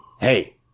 Hey